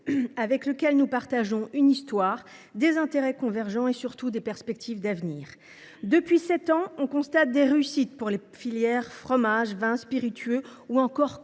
avec lequel nous partageons une histoire, des intérêts convergents et, surtout, des perspectives d’avenir. Eh oui ! Depuis sept ans, nous constatons que les filières fromages, vins et spiritueux, ou encore